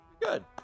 Good